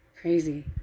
crazy